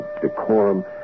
decorum